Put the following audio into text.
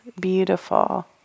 beautiful